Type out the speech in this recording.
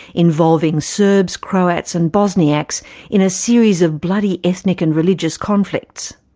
involving serbs, croats and bosniaks in a series of bloody ethnic and religious conflicts.